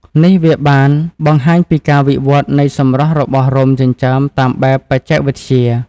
នេះវាបានបង្ហាញពីការវិវឌ្ឍន៍នៃសម្រស់របស់រោមចិញ្ចើមតាមបែបបច្ចេកវិទ្យា។